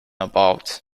about